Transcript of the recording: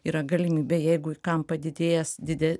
yra galimybė jeigu kam padidėjęs dide